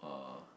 uh